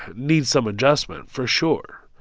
needs some adjustment, for sure.